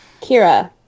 Kira